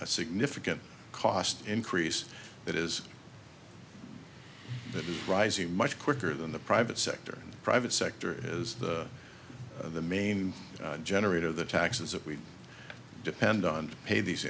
significant cost increase that is that is rising much quicker than the private sector and private sector is the main generator the taxes that we depend on to pay these